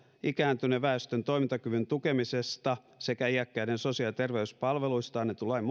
ikääntyneen väestön toimintakyvyn tukemisesta sekä iäkkäiden sosiaali ja terveyspalveluista annetun lain